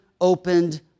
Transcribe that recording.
opened